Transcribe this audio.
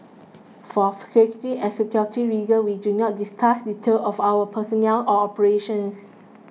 for safety and security reasons we do not discuss details of our personnel or operations